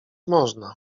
można